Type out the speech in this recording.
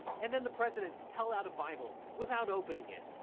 and then the president held out a bible without opening it,